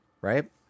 right